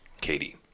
Katie